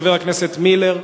חבר הכנסת מילר,